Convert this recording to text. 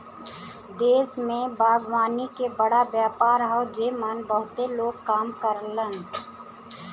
देश में बागवानी के बड़ा व्यापार हौ जेमन बहुते लोग काम करलन